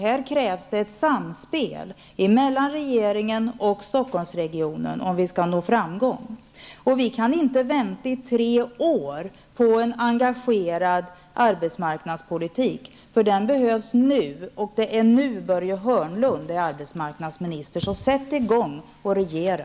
Här krävs det ett samspel mellan regeringen och Stockholmsregionen, om vi skall nå framgång. Vi kan inte vänta i tre år på en engagerad arbetsmarknadspolitik -- den behövs nu, och det är nu Börje Hörnlund är arbetsmarknadsminister. Så sätt i gång och regera!